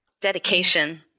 dedication